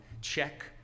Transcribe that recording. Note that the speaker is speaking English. check